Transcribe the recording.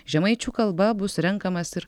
žemaičių kalba bus renkamas ir